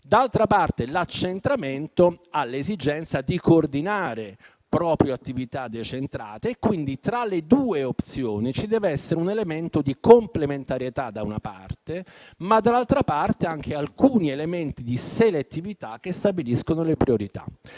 D'altra parte, l'accentramento ha l'esigenza di coordinare proprio le attività decentrate e quindi tra le due opzioni ci deve essere un elemento di complementarità, da una parte, ma dall'altra anche alcuni elementi di selettività che stabiliscano le priorità.